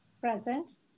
present